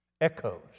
Echoes